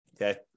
Okay